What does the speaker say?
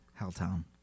Helltown